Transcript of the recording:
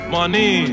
Money